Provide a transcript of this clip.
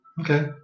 Okay